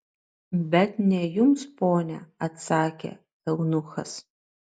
bet ne jums ponia atsakė eunuchas